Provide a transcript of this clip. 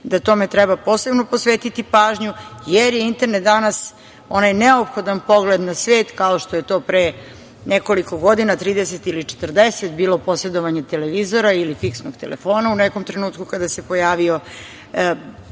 da tome treba posebno posvetiti pažnju, jer je internet danas onaj neophodan pogled na svet, kao što je to pre nekoliko godina, 30 ili 40, bilo posedovanje televizora ili fiksnog telefona u nekom trenutku kada se pojavio,